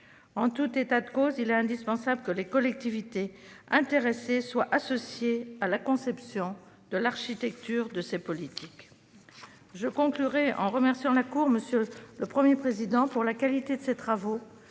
En tout état de cause, il est indispensable que les collectivités intéressées soient associées à la conception de l'architecture de ces politiques. Je conclurai mon propos en remerciant la Cour des comptes de la qualité de ses travaux